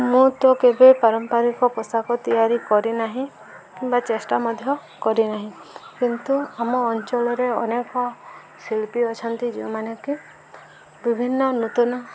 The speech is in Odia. ମୁଁ ତ କେବେ ପାରମ୍ପାରିକ ପୋଷାକ ତିଆରି କରିନାହିଁ କିମ୍ବା ଚେଷ୍ଟା ମଧ୍ୟ କରିନାହିଁ କିନ୍ତୁ ଆମ ଅଞ୍ଚଳରେ ଅନେକ ଶିଳ୍ପୀ ଅଛନ୍ତି ଯେଉଁମାନେ କି ବିଭିନ୍ନ ନୂତନ